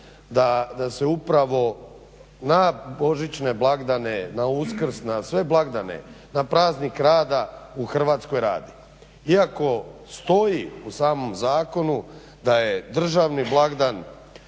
da se upravo na božićne blagdane, na Uskrs, na sve blagdane, na Praznik rada u Hrvatskoj radi. Iako stoji u samom zakonu da je državni blagdan